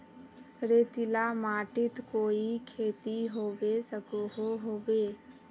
रेतीला माटित कोई खेती होबे सकोहो होबे?